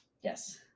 Yes